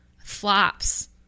flops